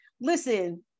listen